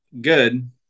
good